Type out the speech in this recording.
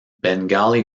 bengali